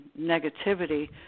negativity